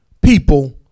people